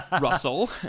Russell